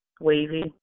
wavy